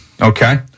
Okay